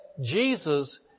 Jesus